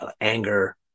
anger